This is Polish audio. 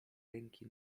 ręki